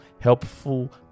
helpful